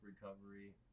recovery